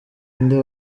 nde